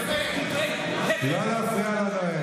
לא להפריע להם.